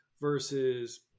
versus